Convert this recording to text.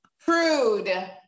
Prude